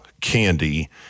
candy